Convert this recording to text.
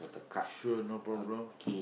sure no problem